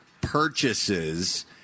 purchases